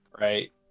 right